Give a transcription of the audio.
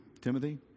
Timothy